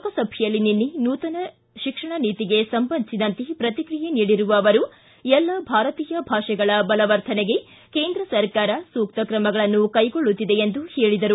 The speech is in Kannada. ಲೋಕಸಭೆಯಲ್ಲಿ ನಿನ್ನೆ ನೂತನ ಶಿಕ್ಷಣ ನೀತಿಗೆ ಸಂಬಂಧಿಸಿದಂತೆ ಶ್ರತಿಕ್ರಿಯೆ ನೀಡಿರುವ ಅವರು ಎಲ್ಲ ಭಾರತೀಯ ಭಾಷೆಗಳ ಬಲವರ್ಧನೆಗೆ ಕೇಂದ್ರ ಸರ್ಕಾರ ಸೂಕ್ತ ಕ್ರಮಗಳನ್ನು ಕೈಗೊಳ್ಳುತ್ತಿದೆ ಎಂದು ಹೇಳದರು